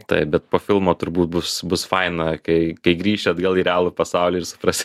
taip bet po filmo turbūt bus bus faina kai kai grįši atgal į realų pasaulį ir suprasi